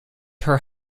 her